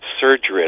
surgery